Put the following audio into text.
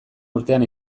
urtean